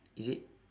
is it